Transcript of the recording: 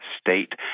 state